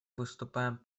выступаем